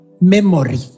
Memory